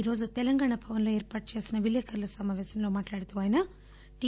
ఈరోజు తెలంగాణ భవన్ లో ఏర్పాటు చేసిన విలేఖర్ల సమావేశంలో మాట్లాడుతూ ఆయన టి